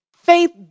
faith